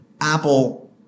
Apple